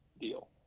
deal